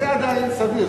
זה עדיין סביר.